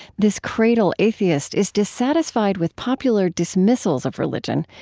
this cradle-atheist is dissatisfied with popular dismissals of religion,